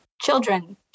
children